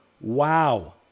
wow